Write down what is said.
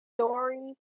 story